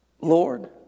Lord